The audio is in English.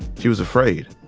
she was afraid.